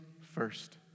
first